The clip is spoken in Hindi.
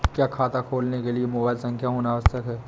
क्या खाता खोलने के लिए मोबाइल संख्या होना आवश्यक है?